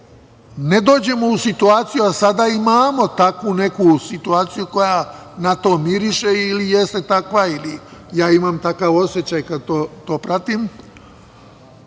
ne dođemo u situaciju, a sada imamo takvu neku situaciju koja na to miriše ili jeste takva ili ja imam takav osećaj kada to pratim,